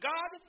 God